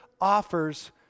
offers